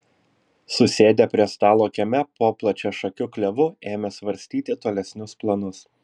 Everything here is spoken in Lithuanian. susėdę prie stalo kieme po plačiašakiu klevu ėmė svarstyti tolesnius planus